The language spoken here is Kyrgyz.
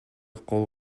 кол